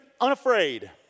unafraid